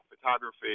photography